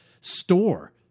store